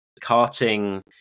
carting